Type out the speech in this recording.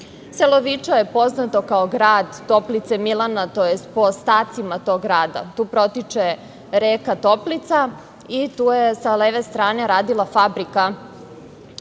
Viča je poznato kao grad Toplice Milana, tj. po ostacima tog grada. Tu protiče reka Toplica i tu je sa leve strane radila fabrika